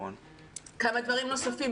כמה דברים נוספים.